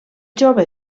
jove